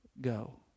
go